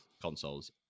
consoles